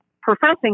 professing